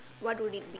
what would it be